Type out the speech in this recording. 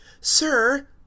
sir